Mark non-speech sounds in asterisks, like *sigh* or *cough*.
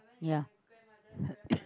yeah *coughs*